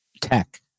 tech